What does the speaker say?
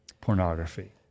pornography